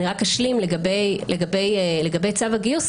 אני רק אשלים לגבי צו הגיוס,